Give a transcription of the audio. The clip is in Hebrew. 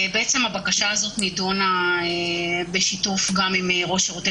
הבקשה הזאת נדונה בשיתוף גם עם ראש שירותי